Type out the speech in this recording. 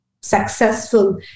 successful